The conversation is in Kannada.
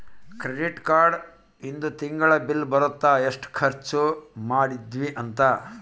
ಕ್ರೆಡಿಟ್ ಕಾರ್ಡ್ ಇಂದು ತಿಂಗಳ ಬಿಲ್ ಬರುತ್ತ ಎಸ್ಟ ಖರ್ಚ ಮದಿದ್ವಿ ಅಂತ